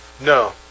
No